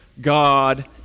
God